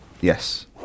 Yes